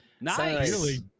Nice